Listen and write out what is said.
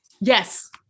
Yes